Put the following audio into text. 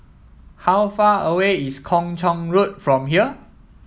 how far away is Kung Chong Road from here